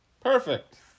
Perfect